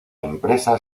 empresa